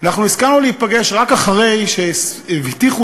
אנחנו הסכמנו להיפגש רק אחרי שהבטיחו